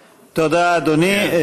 תודה, אדוני.